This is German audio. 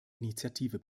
initiative